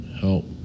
Help